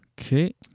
Okay